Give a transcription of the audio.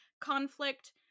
conflict